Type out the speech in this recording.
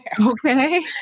Okay